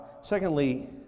Secondly